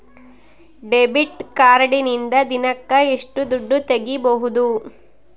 Debit ಕಾರ್ಡಿನಿಂದ ದಿನಕ್ಕ ಎಷ್ಟು ದುಡ್ಡು ತಗಿಬಹುದು?